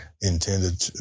intended